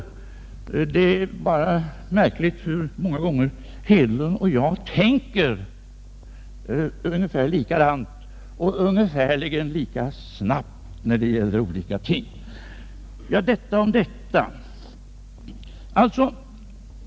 Men det är märkligt hur herr Hedlund och jag många gånger tänker rätt lika och ungefär lika snabbt i olika frågor. Detta om detta.